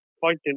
fighting